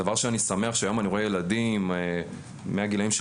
דבר שאני שמח שהיום אני רואה ילדים בני הגילאים של